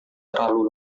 terlalu